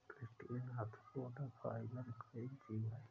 crustacean arthropoda phylum का एक जीव है